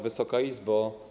Wysoka Izbo!